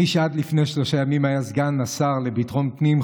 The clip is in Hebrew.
מי שעד לפני שלושה ימים היה סגן השר לביטחון הפנים,